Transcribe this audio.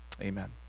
amen